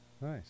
Nice